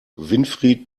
winfried